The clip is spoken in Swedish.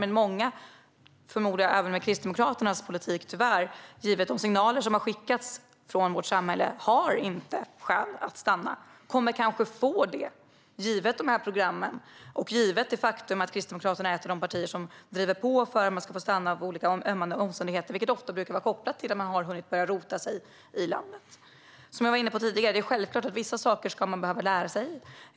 Men jag förmodar att många även med Kristdemokraternas politik, givet de signaler som har skickats från vårt samhälle, inte har skäl att stanna. De kommer kanske att få det, givet dessa program och givet det faktum att Kristdemokraterna är ett av de partier som driver på för att man ska få stanna på grund av ömmande omständigheter, vilket ofta brukar vara kopplat till att man har hunnit börja rota sig i landet. Som jag var inne på tidigare: Det är självklart att man ska behöva lära sig vissa saker.